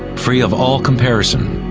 free of all comparison.